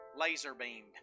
laser-beamed